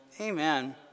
amen